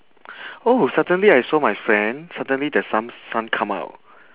oh suddenly I saw my friend suddenly the son son come out